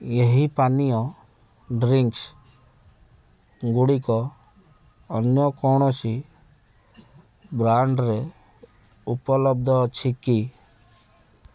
ଏହି ପାନୀୟ ଡ୍ରିଂକ୍ସଗୁଡ଼ିକ ଅନ୍ୟ କୌଣସି ବ୍ରାଣ୍ଡ୍ରେ ଉପଲବ୍ଧ ଅଛି କି